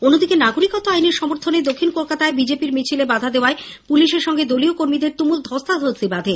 অন্যদিকে নাগরিকত্ব আইনের সমর্থনে দক্ষিণ কলকাতায় বিজেপি র মিছিলে বাধা দেওয়ায় পুলিশের সঙ্গে দলীয় কর্মীদের তুমুল ধস্তাধস্তি বাধে